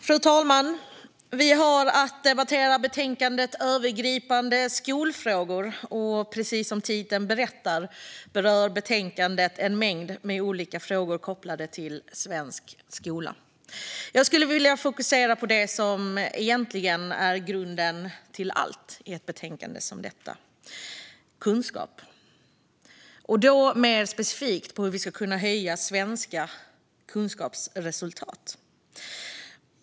Fru talman! Vi har att debattera betänkandet Övergripande skolfrågor . Precis som titeln berättar berör betänkandet en mängd olika frågor kopplade till svensk skola. Jag skulle vilja fokusera på det som egentligen är grunden till allt i ett betänkande som detta, nämligen kunskap, och mer specifikt på hur svenska skolresultat ska kunna förbättras.